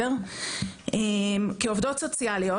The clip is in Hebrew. כעובדות סוציאליות,